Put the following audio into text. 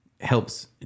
helps